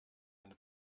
eine